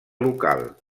local